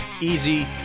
easy